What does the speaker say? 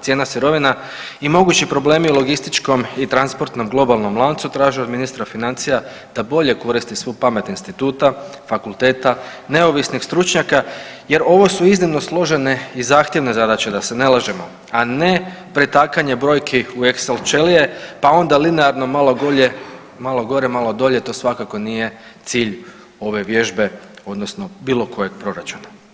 cijena sirovina i mogući problemi u logističkom i transportnom globalnom lancu traže od ministra financija da bolje koristi svu pamet instituta, fakulteta, neovisnih stručnjaka jer ovo su iznimno složene i zahtjevne zadaće da se ne lažemo, a ne pretakanje brojki u Exel čelije, pa onda linearno malo gore, malo dolje to svakako nije cilj ove vježbe odnosno bilo kojeg proračuna.